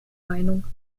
meinung